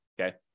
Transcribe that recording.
Okay